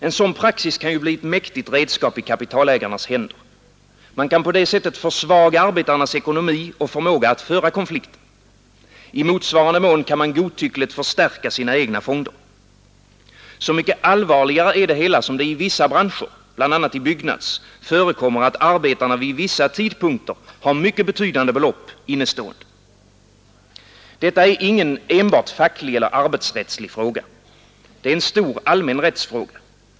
En sådan praxis kan bli ett mäktigt redskap i kapitalägarnas händer. Man kan på det sättet försvaga arbetarnas ekonomi och förmåga att föra konflikten. I motsvarande mån kan man godtyckligt förstärka sina egna fonder. Så mycket allvarligare är det hela som det i vissa branscher, bl.a. Byggnads, förekommer att arbetarna vid vissa tidpunkter har betydande belopp innestående. Detta är ingen enbart facklig eller arbetsrättslig fråga. Det är en stor, allmän rättsfråga.